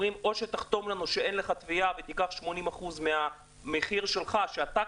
אומרים: או שתחתום לנו שאין לך תביעה ותיקח 80% מהמחיר שלך שאתה,